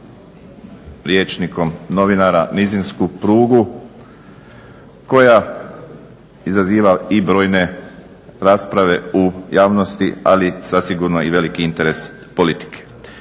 rječnikom novinara nizinsku prugu koja izaziva i brojne rasprave u javnosti ali zasigurno veliki interes politike.